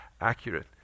accurate